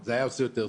זה היה עושה יותר שכל,